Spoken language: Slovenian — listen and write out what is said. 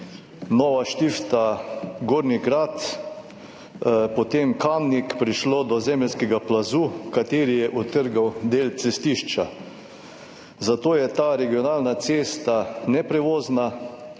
Nova Štifta–Gornji Grad–Kamnik prišlo do zemeljskega plazu, ki je odtrgal del cestišča, zato je ta regionalna cesta neprevozna.